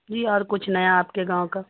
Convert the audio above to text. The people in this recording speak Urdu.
جی اور کچھ نیا آپ کے گاؤں کا